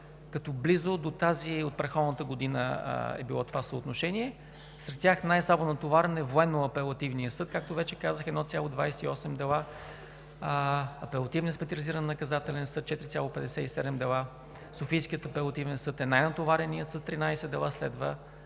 било близо до тази от предходната година. Сред тях най-слабо натоварен е Военно-апелативният съд, както вече казах – 1,28 дела, Апелативният специализиран наказателен съд – 4,57 дела, Софийският апелативен съд е най-натовареният – с 13 дела, следва